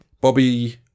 Bobby